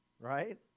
right